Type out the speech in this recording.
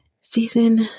Season